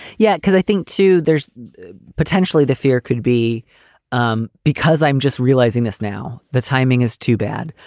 yeah. because i think, too, there's potentially the fear could be um because i'm just realizing this now. the timing is too bad.